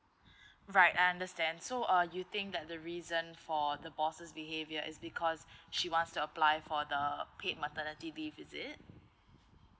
right I understand so uh you think that the reason for the boss' behaviour is because she wants to apply for the paid maternity leave is it